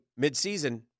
midseason